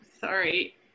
sorry